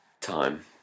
time